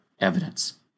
evidence